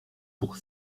pour